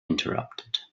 interrupted